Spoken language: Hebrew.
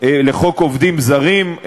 עובדים זרים,